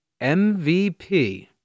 MVP